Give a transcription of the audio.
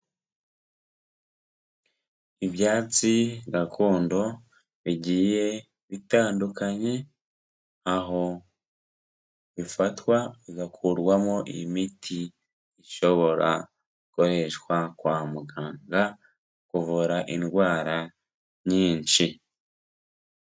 Ibyatsi gakondo bigiye bitandukanye aho bifatwa bigakurwamo imiti ishobora gukoreshwa kwa muganga mu kuvura indwara nyinshi.